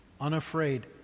unafraid